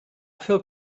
feel